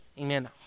Amen